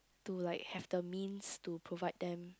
to like have the means to provide them